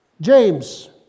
James